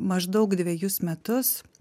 maždaug dvejus metus